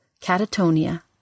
catatonia